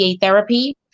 therapy